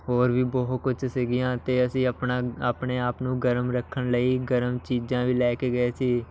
ਹੋਰ ਵੀ ਬਹੁਤ ਕੁਝ ਸੀਗੀਆਂ ਅਤੇ ਅਸੀਂ ਆਪਣਾ ਆਪਣੇ ਆਪ ਨੂੰ ਗਰਮ ਰੱਖਣ ਲਈ ਗਰਮ ਚੀਜ਼ਾਂ ਵੀ ਲੈ ਕੇ ਗਏ ਸੀ